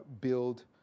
build